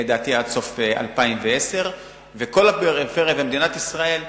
לדעתי עד סוף 2010. בכל הפריפריה במדינת ישראל,